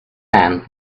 send